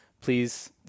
Please